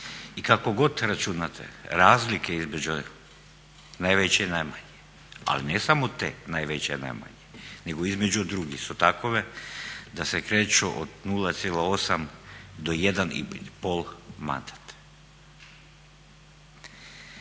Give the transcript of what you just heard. i kako god računate, razlike između najveće i najmanje, ali ne samo te najveće ili najmanje nego i između drugih su takve da se kreću od 0,8 do 1,5 mandat.